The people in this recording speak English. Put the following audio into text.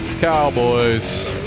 Cowboys